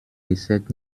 dessert